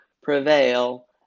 prevail